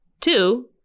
Two